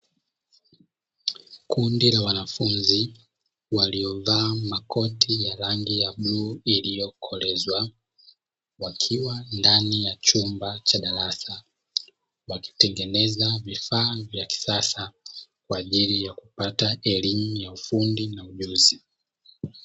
Kundi la wanafunzi waliovaa makoti ya rangi ya bluu, iliyokolezwa wakiwa ndani ya chumba cha darasa wakitengeneza vifaa vya kisasa kwa ajili ya kupata elimu ya ufundi na ujuzi.